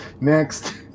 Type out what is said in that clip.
Next